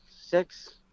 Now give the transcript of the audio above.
Six